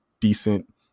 decent